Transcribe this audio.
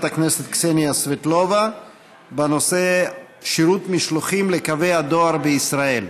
הכנסת קסניה סבטלובה בנושא: שירות משלוחים לקווי הדואר בישראל.